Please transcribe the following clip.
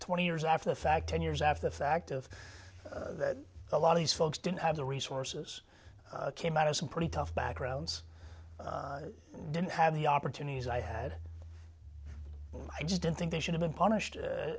twenty years after the fact ten years after the fact of that a lot of these folks didn't have the resources came out of some pretty tough backgrounds didn't have the opportunities i had i just don't think they should have been punished